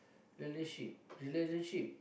relationship relationship